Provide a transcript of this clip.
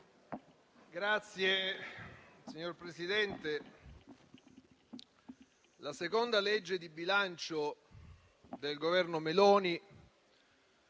Signor Presidente, la seconda legge di bilancio del Governo Meloni